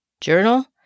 journal